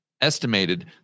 estimated